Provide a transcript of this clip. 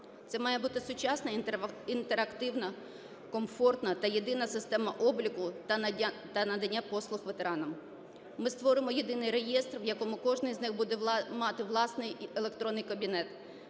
Це має бути сучасна інтерактивна, комфортна та єдина система обліку та надання послуг ветеранам. Ми створимо єдиний реєстр, в якому кожний з них буде мати власний електронний кабінет